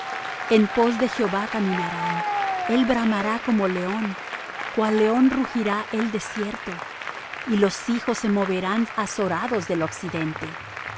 en pos de jehová caminarán él bramará como león cual león rugirá él de cierto y los hijos se moverán azorados del occidente